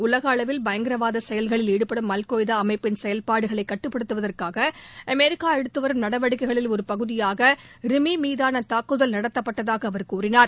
உலகளவில் பயங்கவாத செயல்களில் ஈடுபடும் அல்கொய்தா அமைப்பின் செயல்பாடுகளை கட்டுப்படுத்துவதற்காக அமெரிக்கா அடுத்துவரும் நடவடிக்கைகளில் ஒரு பகுதியாக ரிமி மீதான தாக்குதல் நடத்தப்பட்டதாக அவர் கூறினார்